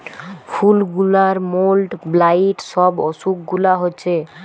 ফুল গুলার mould, blight সব অসুখ গুলা হচ্ছে